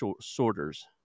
sorters